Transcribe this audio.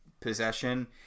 possession